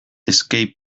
escape